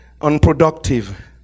unproductive